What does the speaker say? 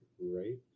Right